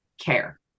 care